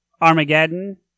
Armageddon